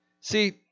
See